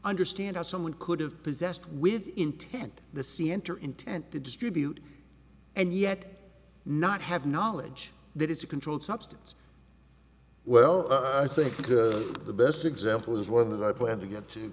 understand how someone could have possessed with intent the see enter intent to distribute and yet not have knowledge that is a controlled substance well i think the best example is one that i plan to to